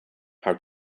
how